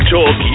Talk